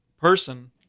person